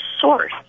source